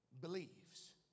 believes